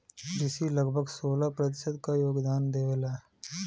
कृषि लगभग सोलह प्रतिशत क योगदान देवेला